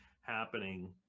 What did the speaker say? happening